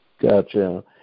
Gotcha